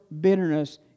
bitterness